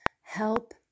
Help